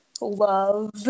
love